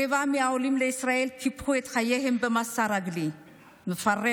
רבע מהעולים לישראל קיפחו את חייהם במסע רגלי מפרך